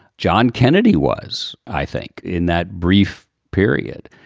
john kennedy was, i think, in that brief period.